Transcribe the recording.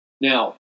Now